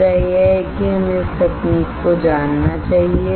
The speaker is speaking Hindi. मुद्दा यह है कि हमें इस तकनीक को जानना चाहिए